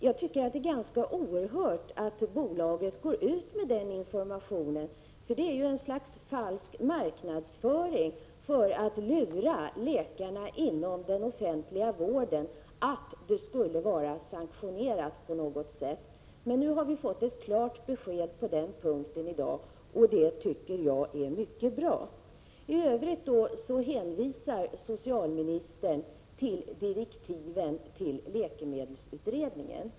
Jag tycker att det är oerhört att bolaget går ut med den informationen — det är ju ett slags falsk marknadsföring för att lura läkarna inom den offentliga vården att detta på något sätt skulle vara sanktionerat. Nu har vi fått ett klart besked på den punkten i dag, och det tycker jag är mycket bra. I övrigt hänvisar socialministern till direktiven för läkemedelsutredningen.